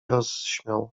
rozśmiał